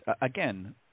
again